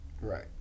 right